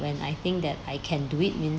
when I think that I can do it means